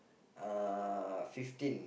uh fifteen